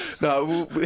No